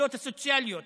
הסוציאליות